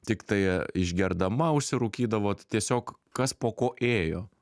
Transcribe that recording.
tiktai išgerdama užsirūkydavo tiesiog kas po ko ėjo